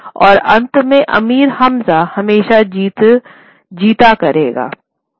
और अंत में अमीर हमजा हमेशा जीता करेंगे